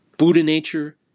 Buddha-nature